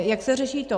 Jak se řeší to?